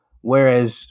Whereas